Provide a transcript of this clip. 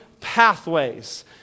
pathways